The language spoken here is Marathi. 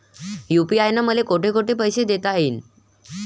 यू.पी.आय न मले कोठ कोठ पैसे देता येईन?